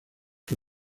que